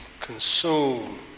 consume